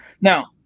Now